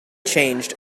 changed